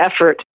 effort